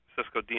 Cisco